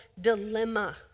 dilemma